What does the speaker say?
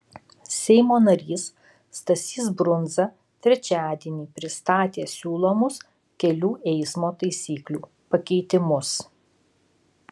seimo narys stasys brundza trečiadienį pristatė siūlomus kelių eismo taisyklių pakeitimus